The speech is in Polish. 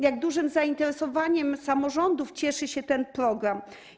Jak dużym zainteresowaniem samorządów cieszy się ten program?